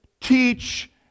teach